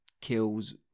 kills